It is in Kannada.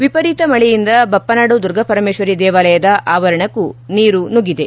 ವಿಪರೀತ ಮಳೆಯಿಂದ ಬಪ್ಪನಾಡು ದುರ್ಗಾಪರಮೇಶ್ವರಿ ದೇವಾಲಯದ ಆವರಣಕ್ಕೂ ನೀರು ನುಗ್ಗಿದೆ